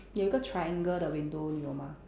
有一个 triangle 的 window 你有吗